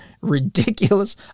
ridiculous